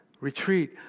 retreat